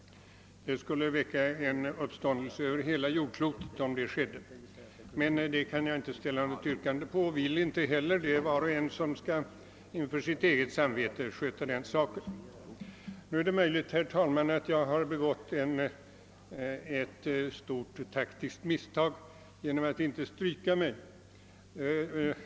Det skulle väcka uppståndelse över hela jordklotet om så skedde. Men det kan jag inte och vill inte heller ställa något yrkande om. Den saken får var och en sköta efter sitt eget samvete. Nu är det möjligt, herr talman, att jag har begått ett stort taktiskt misstag genom att inte stryka mig från talarlistan.